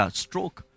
stroke